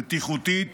בטיחותית,